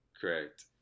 Correct